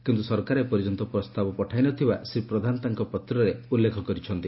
କିନ୍ତୁ ସରକାର ଏପର୍ଯ୍ୟନ୍ତ ପ୍ରସ୍ତାବ ପଠାଇ ନ ଥିବା ଶ୍ରୀ ପ୍ରଧାନ ତାଙ୍କ ପତ୍ରରେ ଉଲ୍କେଖ କରିଛନ୍ତି